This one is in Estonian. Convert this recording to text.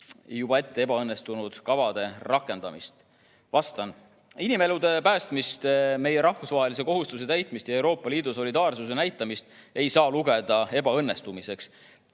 juba ette ebaõnnestunud kavade rakendamist?" Inimelude päästmist, meie rahvusvahelise kohustuse täitmist ja Euroopa Liidu solidaarsuse näitamist ei saa lugeda ebaõnnestumiseks.